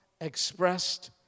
expressed